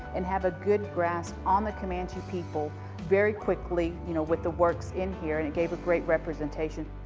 and have a good grasp on the comanche people very quickly you know with the works in here, and it gave a great representation.